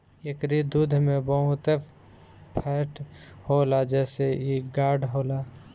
एकरी दूध में बहुते फैट होला जेसे इ गाढ़ होला